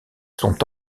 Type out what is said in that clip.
sont